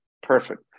perfect